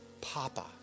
papa